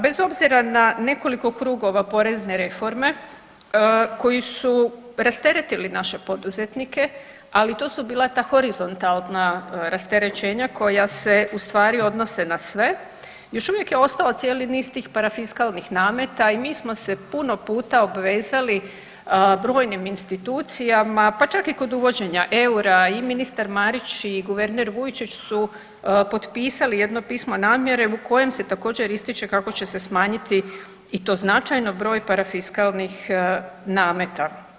Bez obzira na nekoliko krugova porezne reforme koju su rasteretili naše poduzetnike, ali to su bila ta horizontalna rasterećenja koja se ustvari odnose na sve, još uvijek je ostao cijeli niz tih parafiskalnih nameta i mi smo se puno puta obvezali brojnim institucijama, pa čak i kod uvođenja eura i ministar Marić i guverner Vujčić su potpisali jedno pismo namjere u kojem se također ističe kako će se smanjiti i to značajno broj parafiskalnih nameta.